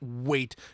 wait